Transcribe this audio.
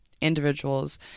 individuals